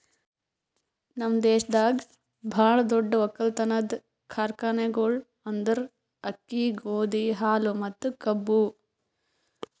ನಮ್ ದೇಶದಾಗ್ ಭಾಳ ದೊಡ್ಡ ಒಕ್ಕಲತನದ್ ಕಾರ್ಖಾನೆಗೊಳ್ ಅಂದುರ್ ಅಕ್ಕಿ, ಗೋದಿ, ಹಾಲು ಮತ್ತ ಕಬ್ಬು